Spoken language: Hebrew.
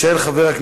הצעות מס'